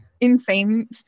insane